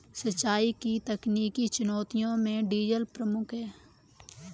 सिंचाई की तकनीकी चुनौतियों में डीजल प्रमुख है